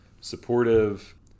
supportive